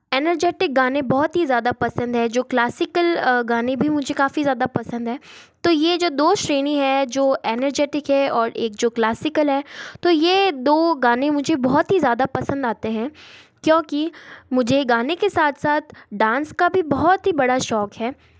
energetic गाने बहुत ही ज़्यादा पसंद हैं जो क्लासिकल गाने भी मुझे काफ़ी ज़्यादा पसंद है तो ये जो दो श्रेणी हैं जो एनर्जेटिक है और एक जो क्लासिकल है तो ये दो गाने मुझे बहुत ही ज़्यादा पसंद आते हैं क्योंकि मुझे गाने के साथ साथ डांस का भी बहुत ही बड़ा शौक़ है